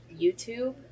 youtube